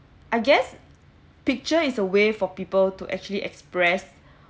I guess picture is a way for people to actually express